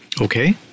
Okay